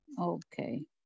Okay